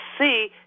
see